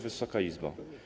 Wysoka Izbo!